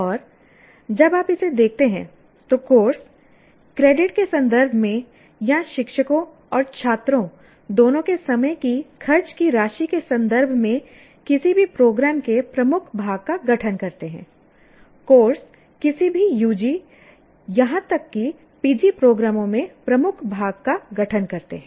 और जब आप इसे देखते हैं तो कोर्स क्रेडिट के संदर्भ में या शिक्षकों और छात्रों दोनों के समय की खर्च की राशि के संदर्भ में किसी भी प्रोग्राम के प्रमुख भाग का गठन करते हैं कोर्स किसी भी UG या यहां तक कि PG प्रोग्रामों के प्रमुख भाग का गठन करते हैं